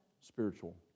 spiritual